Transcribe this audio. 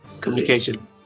communication